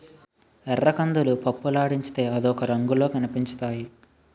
ఎర్రకందులు పప్పులాడించితే అదొక రంగులో కనిపించుతాయి